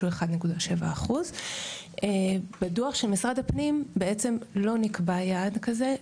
שהוא 1.7%. בדו"ח של משרד הפנים בעצם לא נקבע יעד כזה,